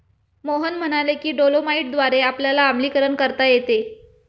मोहन म्हणाले की डोलोमाईटद्वारे आपल्याला आम्लीकरण करता येते